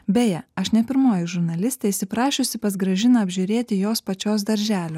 beje aš ne pirmoji žurnalistė įsiprašiusi pas gražiną apžiūrėti jos pačios darželio